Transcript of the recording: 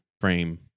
frame